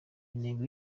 intego